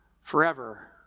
forever